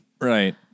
right